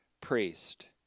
priest